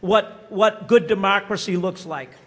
what what good democracy looks like